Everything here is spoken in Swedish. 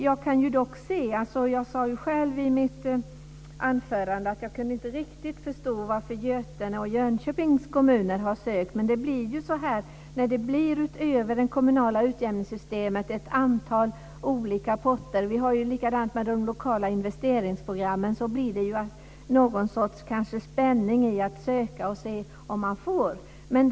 Jag sade ju själv i mitt anförande att jag inte riktigt kunde förstå varför Götenes och Jönköpings kommuner har sökt. Men det blir så här när det utöver det kommunala utjämningssystemet finns ett antal olika potter. Det är ju likadant med de lokala investeringsprogrammen. Det blir kanske någon sorts spänning i att söka och se om man får stöd.